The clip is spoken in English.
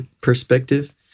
perspective